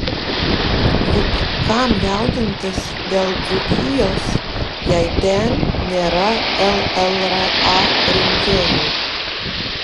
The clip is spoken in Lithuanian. juk kam jaudintis dėl dzūkijos jei ten nėra llra rinkėjų